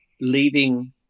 leaving